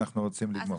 אנחנו רוצים לגמור.